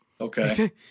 Okay